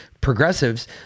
progressives